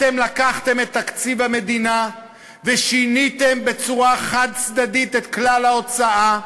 לקחתם את תקציב המדינה ושיניתם בצורה חד-צדדית את כלל ההוצאה,